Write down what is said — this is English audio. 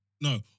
no